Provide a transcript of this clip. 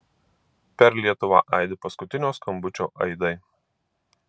per lietuvą aidi paskutinio skambučio aidai